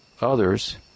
others